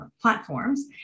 platforms